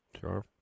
Sure